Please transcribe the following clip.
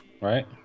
Right